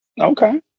Okay